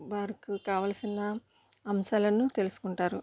వారికి కావాల్సిన అంశాలను తెలుసుకుంటారు